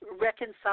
reconcile